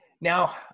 now